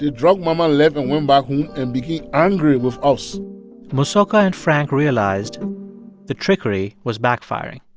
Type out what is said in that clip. drug mama left and went back home and became angry with us mosoka and frank realized the trickery was backfiring,